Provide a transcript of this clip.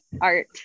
art